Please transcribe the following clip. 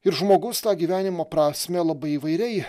ir žmogus gyvenimo prasmę labai įvairiai